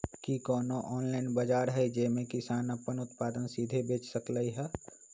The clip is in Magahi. कि कोनो ऑनलाइन बाजार हइ जे में किसान अपन उत्पादन सीधे बेच सकलई ह?